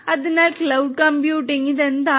അതിനാൽ cloud computing ഇത് എന്താണ്